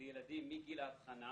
לילדים מגיל אבחנה